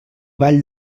vall